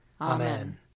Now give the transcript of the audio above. Amen